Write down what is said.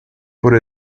por